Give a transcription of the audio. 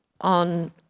on